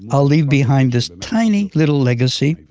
i'll leave behind this tiny little legacy,